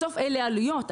בסוף אלה עלויות,